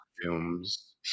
Films